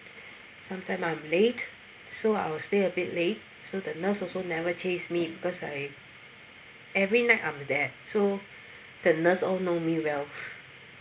sometime I'm late so I'll stay a bit late so the nurse also never chase me because I every night I'm there so the nurse all know me well